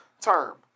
term